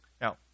Now